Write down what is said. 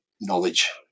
knowledge